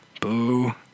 Boo